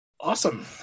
Awesome